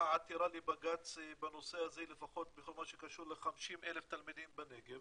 עתירה לבג"צ בנושא הזה לפחות בכל מה שקשור ל-50,000 תלמידים בנגב